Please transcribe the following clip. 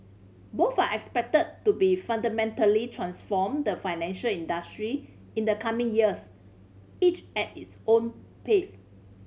both are expected to be fundamentally transform the financial industry in the coming years each at its own pace